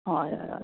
हय हय हय